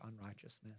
unrighteousness